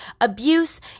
abuse